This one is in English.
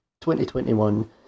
2021